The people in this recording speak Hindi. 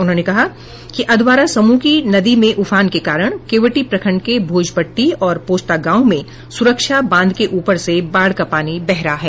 उन्होंने कहा कि अधवारा समूह की नदी में उफान के कारण केवटी प्रखंड के भोजपट्टी और पोस्टा गांव में सुरक्षा बांध के ऊपर से बाढ़ का पानी बह रहा है